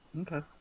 Okay